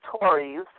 Tories